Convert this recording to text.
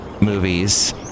movies